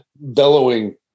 bellowing